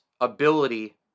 ability